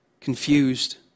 confused